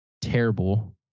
Terrible